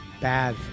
bad